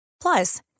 Plus